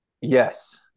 yes